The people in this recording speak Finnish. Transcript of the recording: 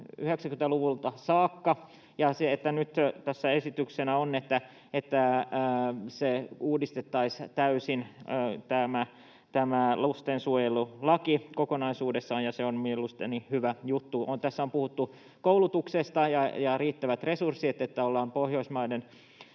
90-luvulta saakka, ja nyt tässä esityksenä on, että uudistettaisiin täysin tämä lastensuojelulaki, kokonaisuudessaan, ja se on mielestäni hyvä juttu. Tässä on puhuttu koulutuksesta ja riittävistä resursseista, niin että ollaan Pohjoismaiden